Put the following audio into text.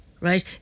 right